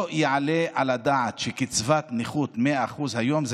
לא יעלה על הדעת שקצבת נכות 100% היום היא